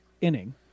inning